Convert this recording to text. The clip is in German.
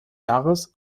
jahres